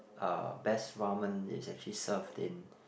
uh best ramen is actually served in